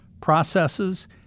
processes